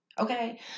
Okay